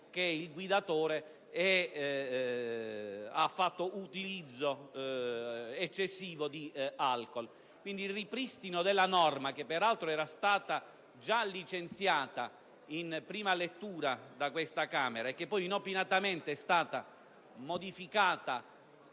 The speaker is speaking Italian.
che il guidatore ha fatto uso eccessivo di alcool. Quindi, la norma, che peraltro era stata già licenziata in prima lettura da questa Camera, e poi inopinatamente modificata